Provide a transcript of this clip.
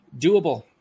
Doable